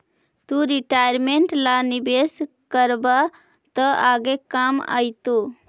तु रिटायरमेंट ला निवेश करबअ त आगे काम आएतो